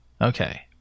Okay